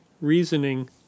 reasoning